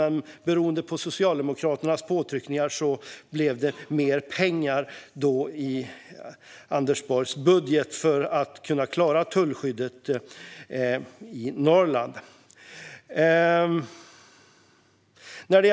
Men beroende på Socialdemokraternas påtryckningar för att kunna klara tullskyddet i Norrland blev det mer pengar i Anders Borgs budget.